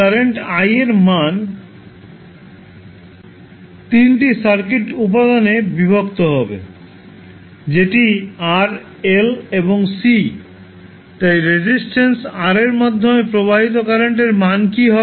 current I এর মান 3 টি সার্কিট উপাদানগুলিতে বিভক্ত হবে যেটি R L এবং C তাই রেজিস্ট্যান্স R এর মাধ্যমে প্রবাহিত কারেন্টের মান কী হবে